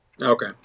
Okay